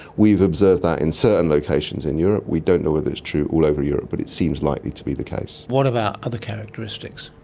we have observed that in certain locations in europe. we don't know whether it's true all over europe but it seems likely to be the case. what about other characteristics?